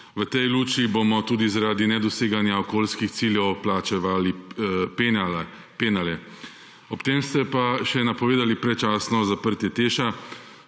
V tej luči bomo tudi zaradi nedoseganja okoljskih ciljev plačevali penale. Ob tem ste pa še napovedali predčasno zaprtje